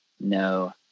No